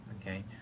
okay